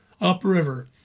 upriver